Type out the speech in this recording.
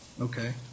Okay